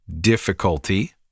difficulty